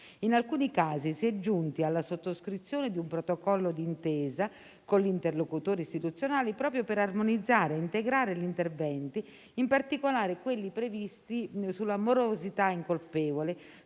In alcuni casi, si è giunti alla sottoscrizione di un protocollo di intesa con gli interlocutori istituzionali proprio per armonizzare ed integrare gli interventi, in particolare quelli previsti sulla morosità incolpevole